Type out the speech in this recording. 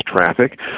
traffic